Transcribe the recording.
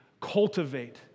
cultivate